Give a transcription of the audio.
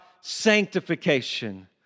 sanctification